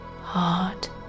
heart